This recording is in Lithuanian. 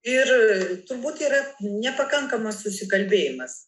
ir turbūt yra nepakankamas susikalbėjimas